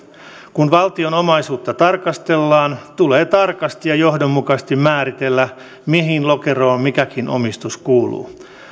kun valtion omaisuutta tarkastellaan tulee tarkasti ja johdonmukaisesti määritellä mihin lokeroon mikäkin omistus kuuluu